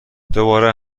دوباره